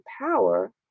power